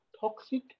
toxic